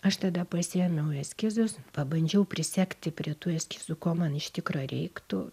aš tada pasiėmiau eskizus pabandžiau prisegti prie tų eskizų ko man iš tikro reiktų